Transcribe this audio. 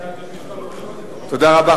תודה רבה,